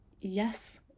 Yes